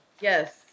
Yes